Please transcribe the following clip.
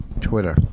Twitter